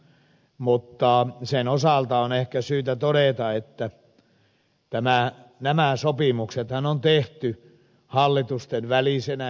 mutta sen osalta on ehkä syytä todeta että nämä sopimuksethan on tehty hallitustenvälisenä yhteistyönä